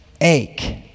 ache